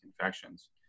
infections